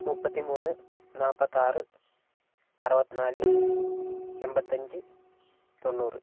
മുപ്പത്തി മൂന്ന് നാപ്പത്താറ് അറുപത്തി നാല് എൺപത്തഞ്ച് തൊണ്ണൂറ്